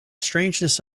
strangeness